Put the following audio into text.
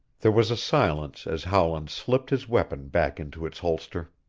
there was a silence as howland slipped his weapon back into its holster.